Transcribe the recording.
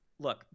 look